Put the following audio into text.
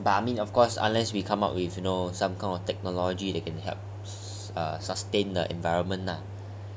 but I mean of course unless we come up with you know some kind of technology that can help sustain the environment nah